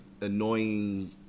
annoying